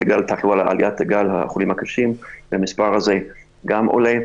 גל החולים הקשים והמספר הזה גם עולה.